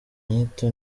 nyito